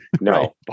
No